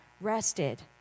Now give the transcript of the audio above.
rested